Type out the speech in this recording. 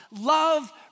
Love